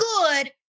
good